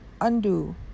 undo